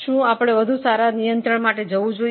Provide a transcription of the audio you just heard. શું આપણે વધુ સારા નિયંત્રણ માટે જવું જોઈએ